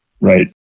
Right